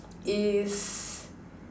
is